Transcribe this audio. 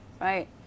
Right